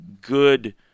good